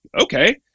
Okay